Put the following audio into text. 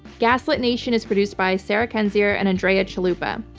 gaslit nation is produced by sarah kendzior and andrea chalupa.